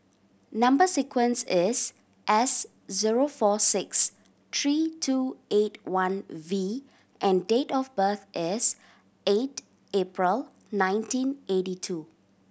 number sequence is S zero four six three two eight one V and date of birth is eight April nineteen eighty two